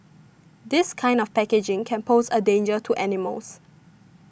this kind of packaging can pose a danger to animals